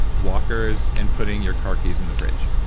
walkers, and putting your car keys in the fridge.